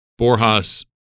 Borjas